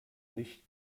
nicht